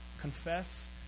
confess